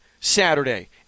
Saturday